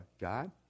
God